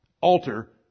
alter